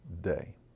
day